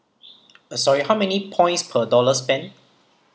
uh sorry how many points per dollar spend